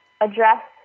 address